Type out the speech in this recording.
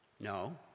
no